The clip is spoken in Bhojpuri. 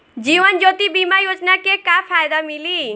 जीवन ज्योति बीमा योजना के का फायदा मिली?